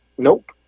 Nope